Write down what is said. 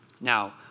Now